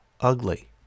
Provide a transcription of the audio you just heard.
ugly